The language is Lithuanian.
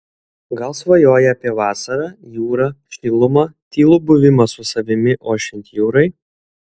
gal svajoji apie vasarą jūrą šilumą tylų buvimą su savimi ošiant jūrai